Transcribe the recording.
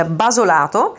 basolato